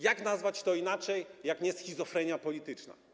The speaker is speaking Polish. Jak nazwać to inaczej jak nie schizofrenią polityczną?